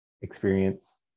experience